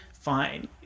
Fine